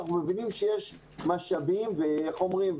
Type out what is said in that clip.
אנחנו מבינים שיש משאבים ואיך אומרים,